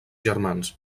germans